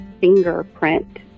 fingerprint